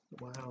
wow